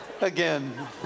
again